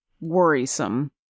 worrisome